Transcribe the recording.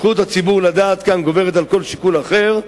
זכות הציבור לדעת כאן גוברת על כל שיקול אחר,